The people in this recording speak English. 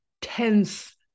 tense